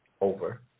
over